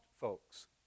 folks